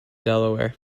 delaware